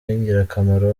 w’ingirakamaro